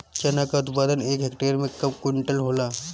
चना क उत्पादन एक हेक्टेयर में कव क्विंटल होला?